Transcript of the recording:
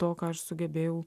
to ką aš sugebėjau